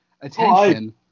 attention